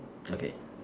okay